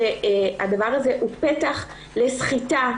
שהדבר הזה הוא פתח לסחיטה,